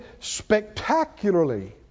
spectacularly